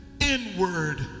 inward